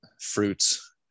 fruits